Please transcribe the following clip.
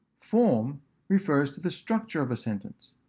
form refers to the structure of a sentence.